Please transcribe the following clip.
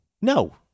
no